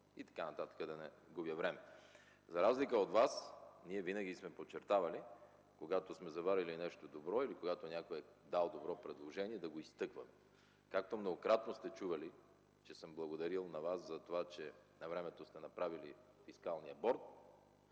и така нататък, да не Ви губя времето. За разлика от Вас ние винаги сме подчертавали, когато сме заварили нещо добро или някой е дал едно предложение, да го изтъкваме. Както многократно сте чували, съм благодарил на Вас, че навремето сте направили фискалния борд.